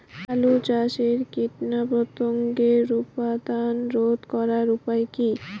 আলু চাষের কীটপতঙ্গের উৎপাত রোধ করার উপায় কী?